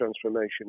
transformation